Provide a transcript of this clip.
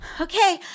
Okay